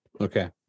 Okay